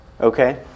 Okay